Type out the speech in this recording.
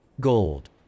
Gold